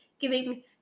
giving